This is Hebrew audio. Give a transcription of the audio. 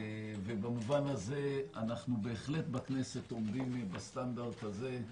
ובמובן זה אנחנו בהחלט בכנסת עומדים בסטנדרט הזה.